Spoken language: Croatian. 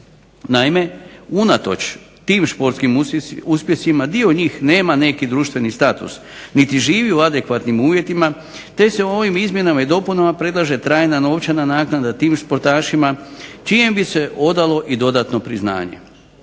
Naime, unatoč tim športskim uspjesima dio njih nema neki društveni status niti živi u adekvatnim uvjetima, te se ovim izmjenama i dopunama predlaže trajna novčana naknada tim sportašima čijem bi se odalo i dodatno priznanje.